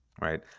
Right